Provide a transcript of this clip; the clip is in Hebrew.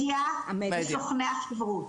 מדיה וסוכני החיברות,